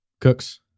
Cooks